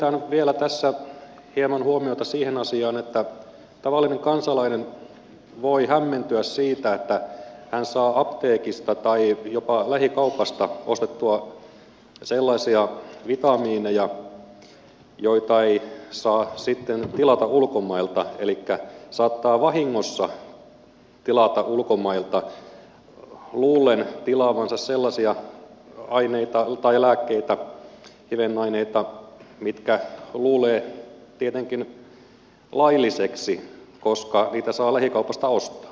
kiinnitän vielä tässä hieman huomiota siihen asiaan että tavallinen kansalainen voi hämmentyä siitä että hän saa apteekista tai jopa lähikaupasta ostettua sellaisia vitamiineja joita ei saa tilata ulkomailta elikkä saattaa vahingossa tilata ulkomailta sellaisia aineita tai lääkkeitä hivenaineita joita luulee tietenkin laillisiksi koska niitä saa lähikaupasta ostaa